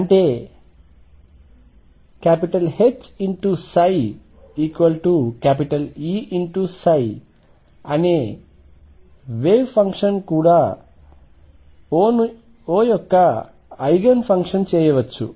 అంటే HψEψ అనే wave function కూడా ను O యొక్క ఐగెన్ ఫంక్షన్ చేయవచ్చు